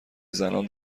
زنان